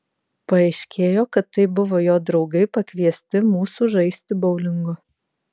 paaiškėjo kad tai buvo jo draugai pakviesti mūsų žaisti boulingo